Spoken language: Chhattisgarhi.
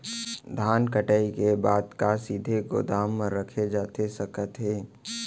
धान कटाई के बाद का सीधे गोदाम मा रखे जाथे सकत हे?